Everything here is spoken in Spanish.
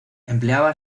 empleaba